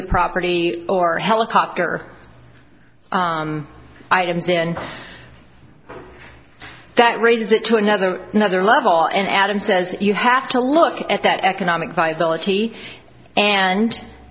the property or helicopter items in that raises it to another another level and adam says you have to look at that economic